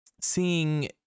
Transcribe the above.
seeing